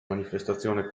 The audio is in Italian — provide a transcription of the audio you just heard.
manifestazione